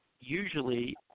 Usually